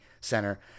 Center